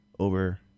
Over